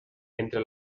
entra